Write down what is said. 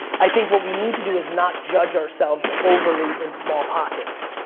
i think what we need to do is not judge ourselves overly in small pockets.